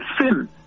sin